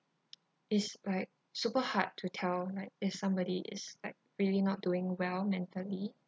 it's like super hard to tell like if somebody is like really not doing well mentally